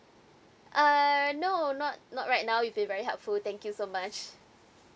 uh no not not right now you've been very helpful thank you so much